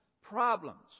problems